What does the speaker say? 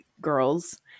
girls